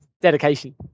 Dedication